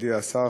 מכובדי השר,